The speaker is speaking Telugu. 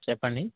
చెప్పండి